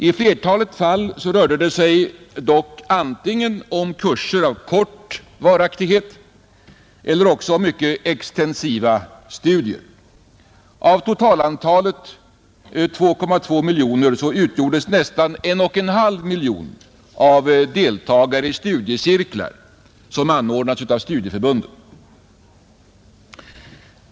I flertalet fall rörde det sig dock antingen om kurser av kort varaktighet eller också om mycket extensiva studier. Av totalantalet 2,2 miljoner utgjordes nästan 1,5 miljoner av deltagare i studiecirklar, som anordnats av studieförbunden.